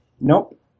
Nope